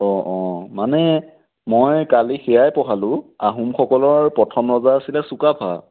অঁ অঁ মানে মই কালি সেয়াই পঢ়ালোঁ আহোমসকলৰ প্ৰথম ৰজা আছিল চুকাফা